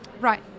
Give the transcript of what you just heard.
Right